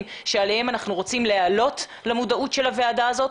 אותם אנחנו רוצים להעלות למודעות של הוועדה הזאת.